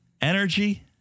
energy